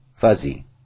Fuzzy